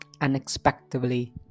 unexpectedly